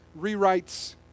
rewrites